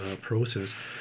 process